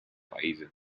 paese